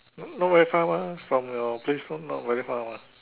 not very far mah from your place lor not very far what